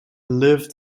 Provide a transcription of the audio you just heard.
lived